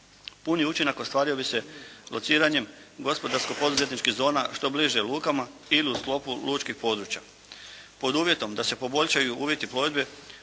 Puni učinak ostvario bi se lociranjem gospodarsko-poduzetničkih zona što bliže lukama ili u sklopu lučkih područja pod uvjetom da se poboljšaju uvjeti plovidbe